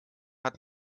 hat